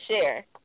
share